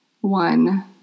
one